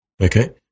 okay